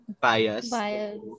bias